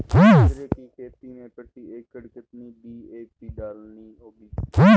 बाजरे की खेती में प्रति एकड़ कितनी डी.ए.पी डालनी होगी?